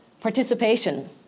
Participation